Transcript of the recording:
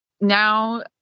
now